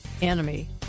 enemy